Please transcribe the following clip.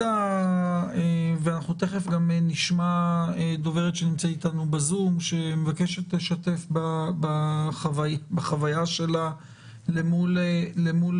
תיכף נשמע דוברת שנמצאת אתנו בזום שמבקשת לשתף בחוויה שלה אל מול